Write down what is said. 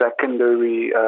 secondary